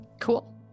cool